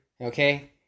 Okay